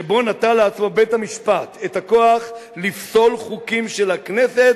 שבו נטל לעצמו בית-המשפט את הכוח לפסול חוקים של הכנסת,